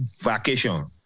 vacation